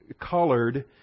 colored